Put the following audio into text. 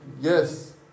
yes